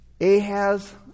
Ahaz